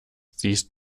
siehst